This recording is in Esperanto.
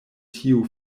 tiu